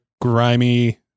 grimy